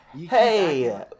Hey